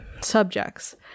subjects